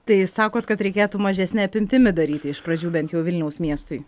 tai sakot kad reikėtų mažesne apimtimi daryti iš pradžių bent jau vilniaus miestui